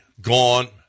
gone